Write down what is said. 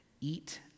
Eat